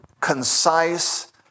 concise